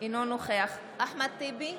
אינו נוכח אחמד טיבי,